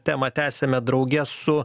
temą tęsiame drauge su